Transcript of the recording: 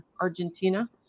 Argentina